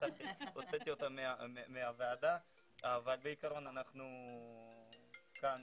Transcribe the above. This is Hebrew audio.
הוצאתי אותה מהוועדה אבל בעיקרון, כאן